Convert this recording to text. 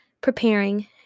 preparing